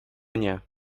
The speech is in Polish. nie